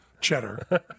cheddar